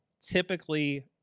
typically